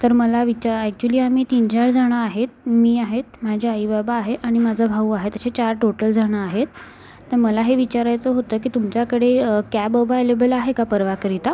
तर मला विचा ॲक्चुली आम्ही तीनचार जणं आहेत मी आहेत माझे आई बाबा आहे आणि माझा भाऊ आहेत अशे चार टोटल जणं आहेत पन मला हे विचारायचं होतं की तुमच्याकडे कॅब अवायलेबल आहे का परवाकरिता